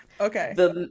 Okay